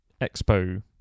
Expo